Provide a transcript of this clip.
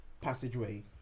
passageway